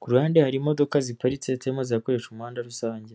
Ku ruhande hari imodoka ziparitse zitarimo zirakoresha umuhanda rusange.